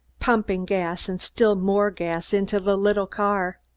pumping gas and still more gas into the little car.